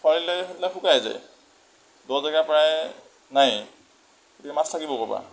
খৰালি টাইম আহিলে শুকাই যায় দ জেগা প্ৰায় নায়েই গতিকে মাছ থাকিব ক'ৰ পৰা